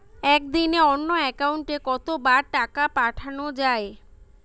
একদিনে অন্য একাউন্টে কত বার টাকা পাঠানো য়ায়?